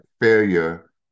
failure